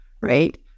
right